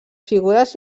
figures